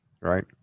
Right